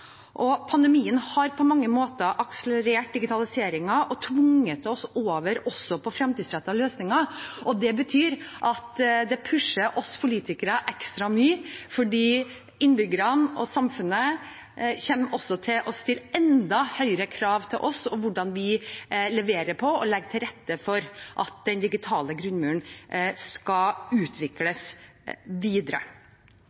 Pandemien har på mange måter akselerert digitaliseringen og tvunget oss over på fremtidsrettede løsninger. Det betyr at det pusher oss politikere ekstra mye, for innbyggerne og samfunnet kommer til å stille enda høyere krav til oss, til hva vi leverer på, og hvordan vi legger til rette for at den digitale grunnmuren skal